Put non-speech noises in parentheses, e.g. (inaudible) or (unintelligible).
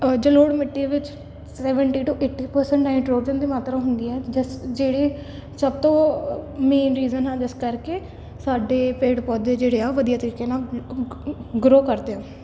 ਜਲੋੜ੍ਹ ਮਿੱਟੀ ਵਿੱਚ seventy to eighty percent nitrogen ਦੀ ਮਾਤਰਾ ਹੁੰਦੀ ਹੈ ਜਿਸ ਜਿਹੜੀ ਸਭ ਤੋਂ ਮੇਨ ਰੀਜਨ ਹੈ ਜਿਸ ਕਰਕੇ ਸਾਡੇ ਪੇੜ ਪੌਦੇ ਜਿਹੜੇ ਆ ਉਹ ਵਧੀਆ ਤਰੀਕੇ ਨਾਲ (unintelligible) ਗ ਗਰੋ ਕਰਦੇ ਆ